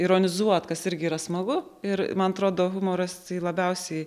ironizuot kas irgi yra smagu ir man atrodo humoras tai labiausiai